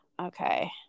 okay